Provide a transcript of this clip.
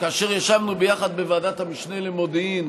שכאשר ישבנו ביחד בוועדת המשנה למודיעין,